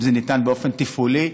אם זה ניתן באופן תפעולי,